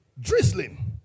Drizzling